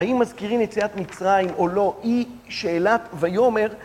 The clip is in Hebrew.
האם מזכירים יציאת מצרים או לא היא שאלת ויאמר.